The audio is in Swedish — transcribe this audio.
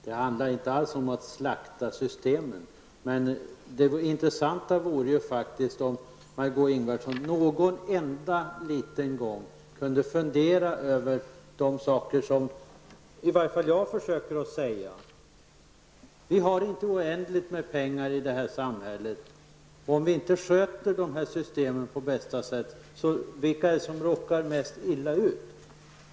Det handlar inte alls om att slakta systemen, men det vore intressant om Margó Ingvardsson någon enda gång kunde fundera över de saker som i varje fall jag försöker säga. Vi har inte oändligt med pengar i det här samhället. Och om vi inte sköter dessa system på bästa sätt, vilka är det då som råkar mest illa ut?